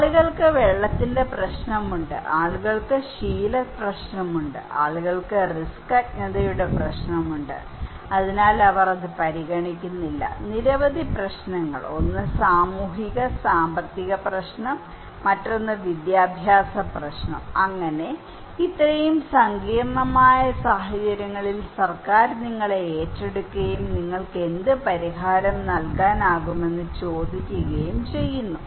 ആളുകൾക്ക് വെള്ളത്തിന്റെ പ്രശ്നമുണ്ട് ആളുകൾക്ക് ശീല പ്രശ്നമുണ്ട് ആളുകൾക്ക് റിസ്ക് അജ്ഞതയുടെ പ്രശ്നം ഉണ്ട് അതിനാൽ അവർ അത് പരിഗണിക്കുന്നില്ല നിരവധി പ്രശ്നങ്ങൾ ഒന്ന് സാമൂഹിക സാമ്പത്തിക പ്രശ്നം മറ്റൊന്ന് വിദ്യാഭ്യാസ പ്രശ്നം അങ്ങനെ ഇത്രയും സങ്കീർണമായ സാഹചര്യങ്ങളിൽ സർക്കാർ നിങ്ങളെ ഏറ്റെടുക്കുകയും നിങ്ങൾക്ക് എന്ത് പരിഹാരം നൽകാനാകുമെന്ന് ചോദിക്കുകയും ചെയ്യുന്നു